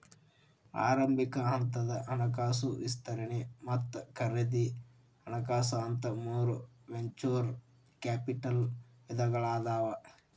ಆರಂಭಿಕ ಹಂತದ ಹಣಕಾಸು ವಿಸ್ತರಣೆ ಮತ್ತ ಖರೇದಿ ಹಣಕಾಸು ಅಂತ ಮೂರ್ ವೆಂಚೂರ್ ಕ್ಯಾಪಿಟಲ್ ವಿಧಗಳಾದಾವ